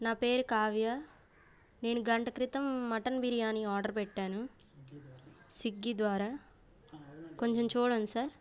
నా పేరు కావ్య నేను గంట క్రితం మటన్ బిర్యానీ ఆర్డర్ పెట్టాను స్వీగ్గి ద్వారా కొంచెం చూడండి సార్